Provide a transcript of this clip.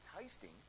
tasting